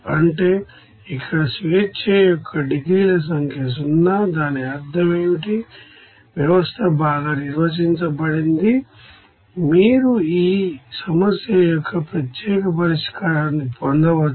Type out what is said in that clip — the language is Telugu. అంటే ఇక్కడ స్వేచ్ఛ యొక్క డిగ్రీల సంఖ్య 0 దాని అర్థం ఏమిటి వ్యవస్థ బాగా నిర్వచించబడింది మీరు ఈ సమస్య యొక్క ప్రత్యేక పరిష్కారాన్ని పొందవచ్చు